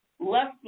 left